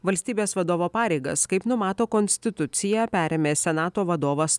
valstybės vadovo pareigas kaip numato konstitucija perėmė senato vadovas